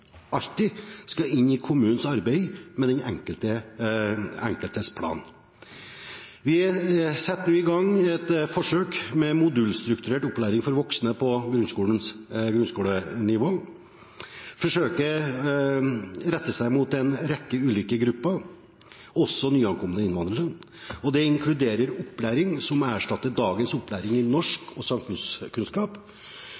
skal inn i kommunens arbeid med den enkeltes plan. Vi setter nå i gang et forsøk med modulstrukturert opplæring for voksne på grunnskolenivå. Forsøket retter seg mot en rekke ulike grupper, også nyankomne innvandrere, og det inkluderer opplæring som erstatter dagens opplæring i norsk